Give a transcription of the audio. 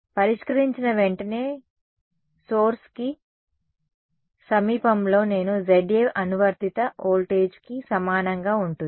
పరిష్కరించిన వెంటనే మూలానికి సమీపంలో నేను Za అనువర్తిత వోల్టేజ్కి సమానంగా ఉంటుంది